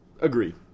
Agree